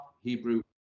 Hebrew